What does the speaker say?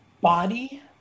body